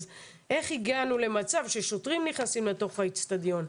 אז איך הגענו למצב ששוטרים נכנסים לתוך האצטדיון,